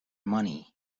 money